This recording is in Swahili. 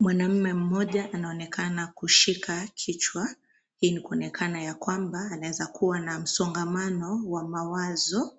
Mwanaume mmoja anaonekana kushika kichwa, hii ninkuonekana ya kwamba ana msongamano wa mawazo.